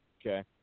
Okay